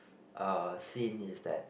uh seen is that